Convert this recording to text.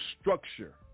structure